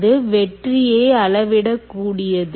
அது வெற்றியை அளவிடக் கூடியது